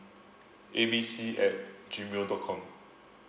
A B C at G mail dot com